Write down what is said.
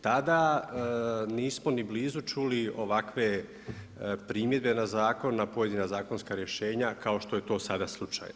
Tada nismo ni blizu čuli ovakve primjedbe na zakon, na pojedina zakonska rješenja kao što je to sada slučaj.